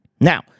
Now